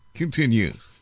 continues